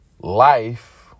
life